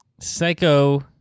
Psycho